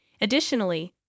Additionally